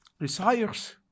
desires